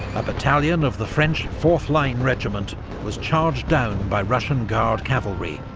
a battalion of the french fourth line regiment was charged down by russian guard cavalry,